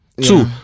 Two